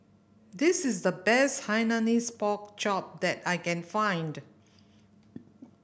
this is the best Hainanese Pork Chop that I can find